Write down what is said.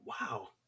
Wow